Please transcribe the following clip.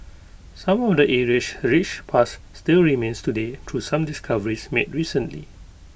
some of the area's rich past still remains today through some discoveries made recently